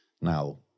Now